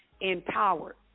empowered